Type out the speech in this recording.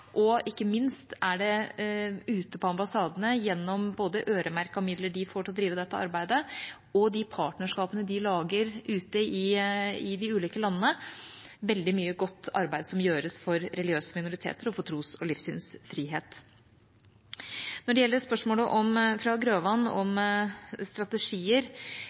Ikke minst er det ute på ambassadene, gjennom både øremerkede midler de får til å drive dette arbeidet, og partnerskapene de lager i de ulike landene, veldig mye godt arbeid som gjøres for religiøse minoriteter og for tros- og livssynsfrihet. Når det gjelder spørsmålet fra representanten Grøvan om strategier,